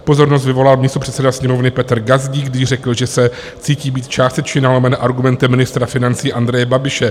Pozornost vyvolal místopředseda Sněmovny Petr Gazdík, když řekl, že se cítí být částečně nalomen argumentem ministra financí Andreje Babiše.